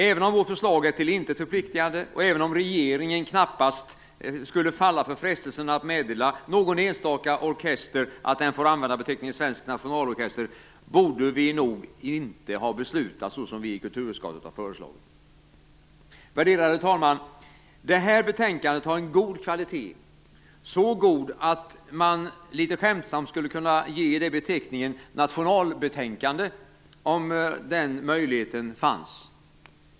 Även om vårt förslag är till intet förpliktande och även om regeringen knappast skulle falla för frestelsen att meddela någon enstaka orkester att den får använda beteckningen svensk nationalorkester, borde vi nog inte ha beslutat så som vi i kulturutskottet har föreslagit. Värderade talman! Det här betänkandet har en god kvalitet. Så god att man litet skämtsamt skulle kunna ge det beteckningen nationalbetänkande, om den möjligheten fanns.